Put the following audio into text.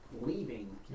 leaving